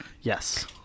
Yes